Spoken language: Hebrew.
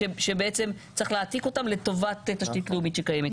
שבעצם צריך להעתיק אותן לטובת תשתית לאומית שקיימת.